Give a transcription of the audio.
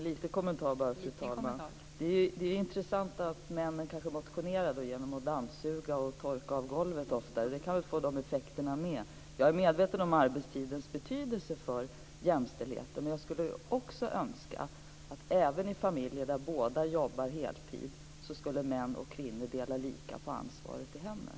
Fru talman! Det är intressant; männen kanske motionerar genom att dammsuga och torka av golven oftare. Det kan ju få också de effekterna. Jag är medveten om arbetstidens betydelse för jämställdheten. Men jag skulle också önska att män och kvinnor, även i familjer där båda jobbar heltid, skulle dela lika på ansvaret i hemmet.